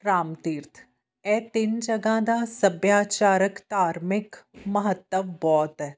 ਰਾਮ ਤੀਰਥ ਇਹ ਤਿੰਨ ਜਗ੍ਹਾ ਦਾ ਸੱਭਿਆਚਾਰਕ ਧਾਰਮਿਕ ਮਹੱਤਵ ਬਹੁਤ ਹੈ